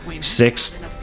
Six